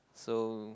so